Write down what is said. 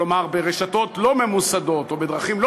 כלומר ברשתות לא ממוסדות או בדרכים לא